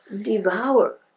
devour